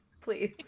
Please